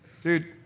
Dude